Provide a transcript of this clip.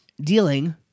dealing